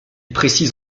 précise